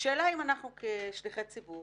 השאלה אם אנחנו כשליחי ציבור,